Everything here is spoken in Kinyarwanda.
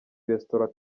restaurant